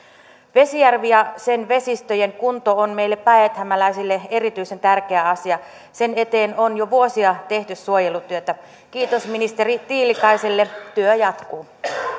vesijärvi ja sen vesistöjen kunto ovat meille päijäthämäläisille erityisen tärkeä asia sen eteen on jo vuosia tehty suojelutyötä kiitos ministeri tiilikaiselle työ jatkuu